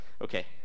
Okay